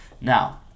Now